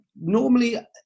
normally